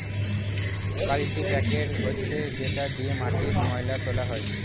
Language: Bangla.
কাল্টিপ্যাকের হচ্ছে যেটা দিয়ে মাটির ময়লা তোলা হয়